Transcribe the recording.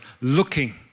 looking